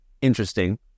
interesting